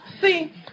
See